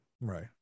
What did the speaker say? Right